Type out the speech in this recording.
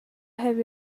have